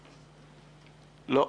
אביב,